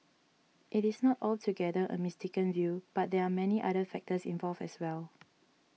it is not altogether a mistaken view but there are many other factors involved as well